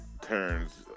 turns